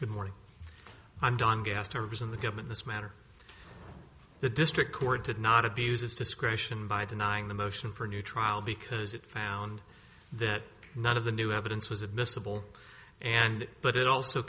good morning i'm don goes to resign the government this matter the district court did not abuse its discretion by denying the motion for a new trial because it found that none of the new evidence was admissible and but it also